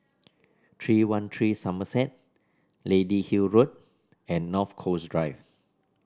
three one three Somerset Lady Hill Road and North Coast Drive